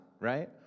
right